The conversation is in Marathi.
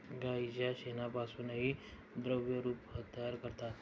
गाईच्या शेणापासूनही द्रवरूप खत तयार करतात